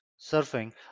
surfing